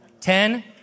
Ten